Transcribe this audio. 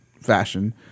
fashion